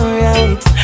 right